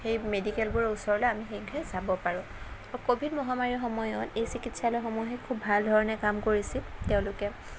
সেই মেডিকেলবোৰৰ ওচৰলে আমি শীঘ্ৰে যাব পাৰোঁ ক'ভিড মহামাৰীৰ সময়ত এই চিকিৎসালয়সমূহে খুব ভাল ধৰণে কাম কৰিছিল তেওঁলোকে